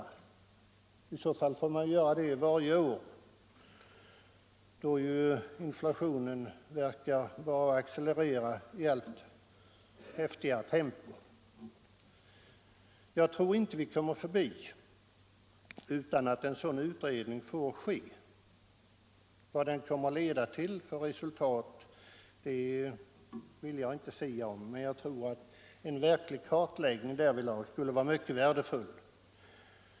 Då får man göra det varje år, eftersom ju inflationen bara tycks accelerera i allt häftigare tempo. Jag tror inte att vi kommer ifrån en sådan utredning. Vad den kommer att leda till för resultat vill jag inte sia om. Men jag tror att en verklig kartläggning därvidlag skulle vara mycket värdefull.